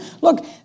look